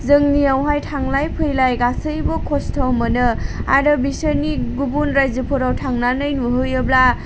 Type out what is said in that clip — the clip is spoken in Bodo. जोंनियावहाय थांलाय फैलाय गासैबो खस्त' मोनो आरो बिसोरनि गुबुन रायजोफोराव थांनानै नुहैयोब्ला